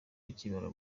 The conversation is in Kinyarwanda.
akimara